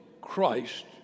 Christ